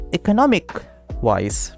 economic-wise